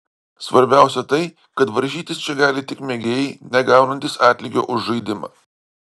svarbiausia tai kad varžytis čia gali tik mėgėjai negaunantys atlygio už žaidimą